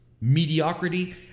mediocrity